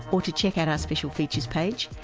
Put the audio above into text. or to check out our special features page,